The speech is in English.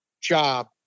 job